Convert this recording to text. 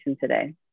today